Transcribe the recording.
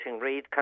read